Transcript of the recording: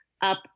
up